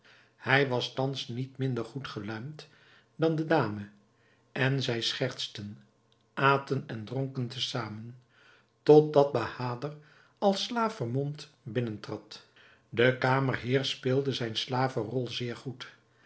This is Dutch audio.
hij was thans niet minder goed geluimd dan de dame en zij schertsten aten en dronken te zamen totdat bahader als slaaf vermomd binnentrad de kamerheer speelde zijn slavenrol zeer goed